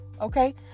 okay